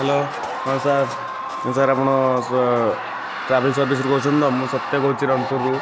hello ହଁ sir sir ଆପଣ travel ସର୍ଭିସରୁ କହୁଛନ୍ତି ତ ମୁଁ ସତ୍ୟ କହୁଛି ରଣପୁରରୁ